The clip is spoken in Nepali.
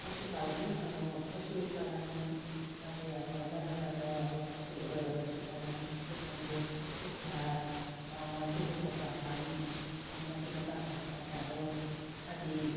पशुपालन अब पशुपालनमा चाहिँ अब राम्रो राम्रो अब पशु पशुपालन पशु पन्छी कुखुरा सुँगुरको पाठा अनि मसिना बाख्राको पाठाहरू आदि